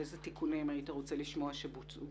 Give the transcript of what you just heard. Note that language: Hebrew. איזה תיקונים היית רוצה לשמוע שבוצעו.